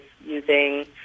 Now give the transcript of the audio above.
using